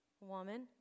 woman